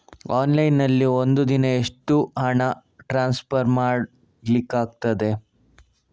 Online ನಲ್ಲಿ ಒಂದು ದಿನ ಎಷ್ಟು ಹಣ ಟ್ರಾನ್ಸ್ಫರ್ ಮಾಡ್ಲಿಕ್ಕಾಗ್ತದೆ?